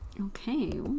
okay